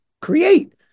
create